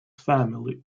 family